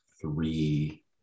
three